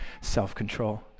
self-control